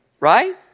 Right